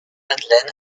madeleine